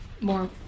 more